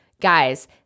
Guys